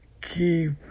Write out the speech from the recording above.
keep